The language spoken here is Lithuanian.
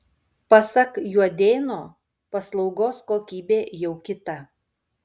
pasak juodėno paslaugos kokybė jau kita